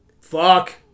Fuck